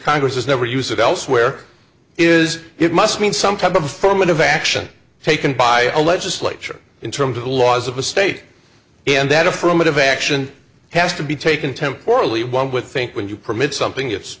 congress has never use it elsewhere is it must mean some type of affirmative action taken by a legislature in terms of the laws of a state and that affirmative action has to be taken temporarily one would think when you permit something it's